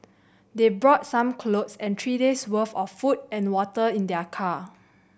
they brought some clothes and three day's worth of food and water in their car